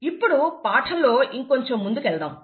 ఇప్పుడు పాఠంలో ఇంకొంచెం ముందుకి వెళదాము